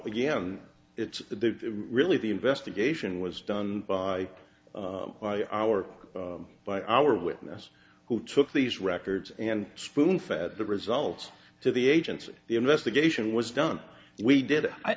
again it's the really the investigation was done by by our by our witness who took these records and spoon fed the results to the agency the investigation was done we did